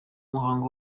muhango